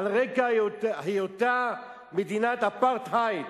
על רקע היותה מדינת אפרטהייד,